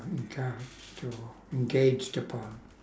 to engaged upon